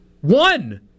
One